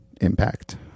impact